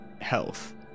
health